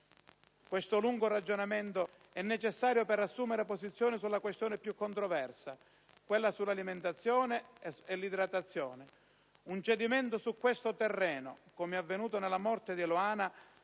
Questo lungo ragionamento è necessario per assumere posizione sulla questione più controversa: l'alimentazione e l'idratazione. Un cedimento su questo terreno, come è avvenuto nel caso della morte di Eluana,